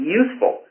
useful